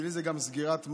בשבילי זו גם סגירת מעגל,